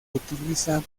utiliza